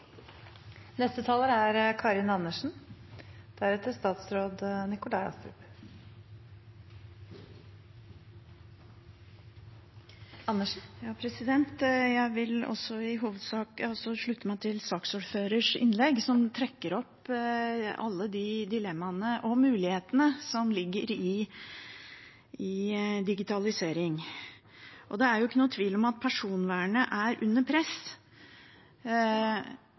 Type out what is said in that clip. Jeg vil også i hovedsak slutte meg til saksordførerens innlegg, som trekker opp alle de dilemmaene og mulighetene som ligger i digitalisering. Det er ingen tvil om at personvernet er under press.